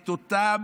את אותם